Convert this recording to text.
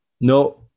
No